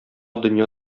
дөнья